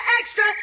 Extra